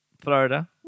Florida